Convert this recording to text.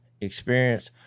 experience